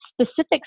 specifics